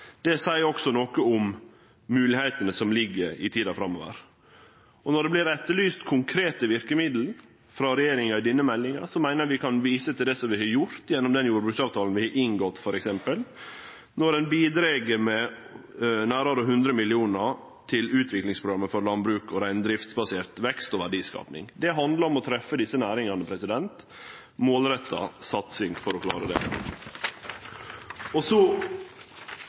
Det seier også noko om moglegheitene som ligg i tida framover. Når det vert etterlyst konkrete verkemiddel frå regjeringa i denne meldinga, meiner eg vi kan vise til det vi har gjort t.d. gjennom den jordbruksavtala vi har inngått. Ein bidreg med nærare 100 mill. kr til Utviklingsprogrammet for landbruks- og reindriftsbasert vekst og verdiskaping. Det handlar om å treffe desse næringane – målretta satsing for å klare det. Til sist meiner eg at den diskusjonen som handlar om lønsemd i jordbruket og